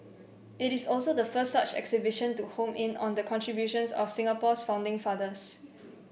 it is also the first such exhibition to home in on the contributions of Singapore's founding fathers